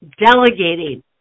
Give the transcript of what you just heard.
delegating